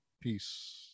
Peace